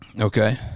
Okay